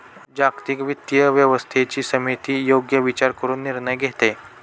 जागतिक वित्तीय व्यवस्थेची समिती योग्य विचार करून निर्णय घेते